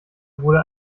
wurde